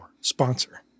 sponsor